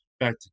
Back